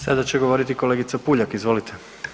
Sada će govoriti kolegica Puljak, izvolite.